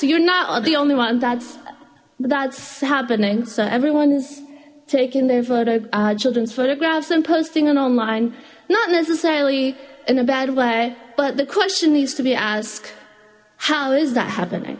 you're not the only one that's that's happening so everyone is taking their photo children's photographs and posting it online not necessarily in a bad way but the question needs to be asked how is that happen